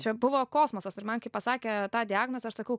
čia buvo kosmosas ir man kai pasakė tą diagnozę aš sakau